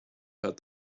had